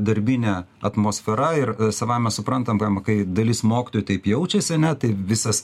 darbinė atmosfera ir savaime suprantame kai dalis mokytojų taip jaučiasi ar ne tai visas